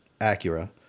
Acura